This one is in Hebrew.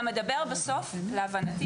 אתה מדבר להבנתי,